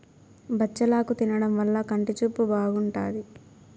బచ్చలాకు తినడం వల్ల కంటి చూపు బాగుంటాది